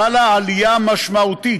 חלה עלייה משמעותית